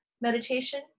meditation